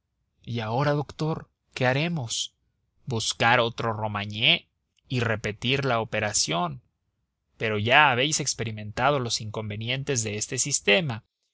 y ahora doctor qué haremos buscar otro romagné y repetir la operación pero ya habéis experimentado los inconvenientes de este sistema